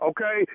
Okay